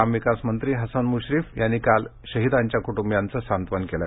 ग्राम विकास मंत्री हसन मुश्रीफ यांनी काल शहिदांच्या कुटुंबीयांचं सांत्वन केलं